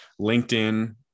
LinkedIn